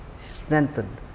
Strengthened